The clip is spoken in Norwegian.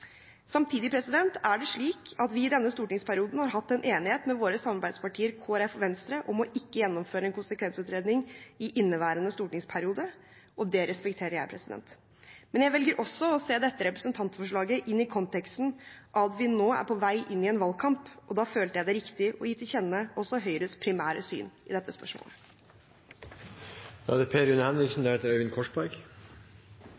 Samtidig er det slik at vi i denne stortingsperioden har hatt en enighet med våre samarbeidspartier, Kristelig Folkeparti og Venstre, om ikke å gjennomføre en konsekvensutredning i inneværende stortingsperiode, og det respekterer jeg. Men jeg velger også å se dette representantforslaget i den konteksten at vi nå er på vei inn i en valgkamp, og da føler jeg det riktig å gi til kjenne også Høyres primære syn i dette spørsmålet. Det er